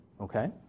okay